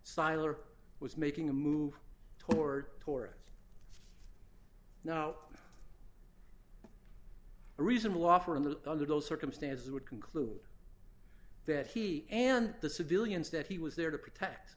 siler was making a move toward towards now a reasonable offer and under those circumstances would conclude that he and the civilians that he was there to protect